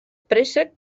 préssec